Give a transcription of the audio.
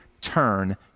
turn